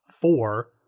four